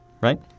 Right